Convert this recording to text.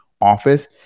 office